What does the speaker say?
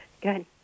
good